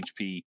HP